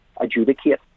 adjudicate